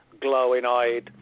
glowing-eyed